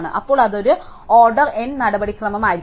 അപ്പോൾ അത് ഒരു ഓർഡർ N നടപടിക്രമമായിരിക്കും